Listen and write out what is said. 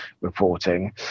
reporting